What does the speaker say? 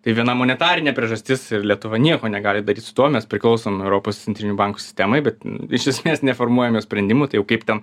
tai viena monetarinė priežastis ir lietuva nieko negali daryt su tuo mes priklausom europos centrinių bankų sistemai bet iš esmės neformuojam jo sprendimų tai jau kaip ten